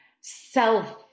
self